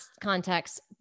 context